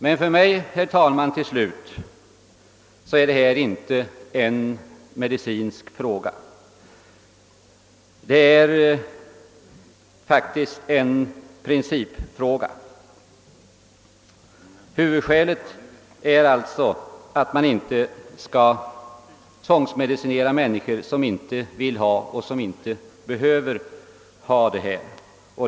Men till slut, herr talman, är detta för mig inte en medicinsk fråga utan faktiskt en principfråga — mitt huvudmotiv är att man inte skall tvångsmedicinera människor som inte önskar och inte behöver detta.